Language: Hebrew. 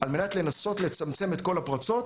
על מנת לנסות לצמצם את כל הפרצות,